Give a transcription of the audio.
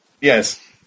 Yes